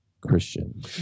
Christian